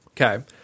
Okay